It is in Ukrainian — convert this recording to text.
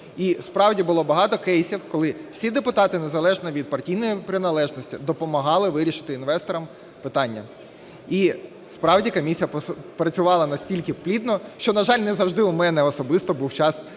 І справді було багато кейсів, коли всі депутати незалежно від партійної приналежності допомагали вирішити інвесторам питання. І справді комісія працювала настільки плідно, що, на жаль, не завжди у мене особисто був час